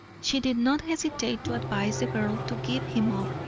she did not hesitate to advise the girl to give him up,